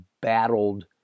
battled